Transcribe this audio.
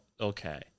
Okay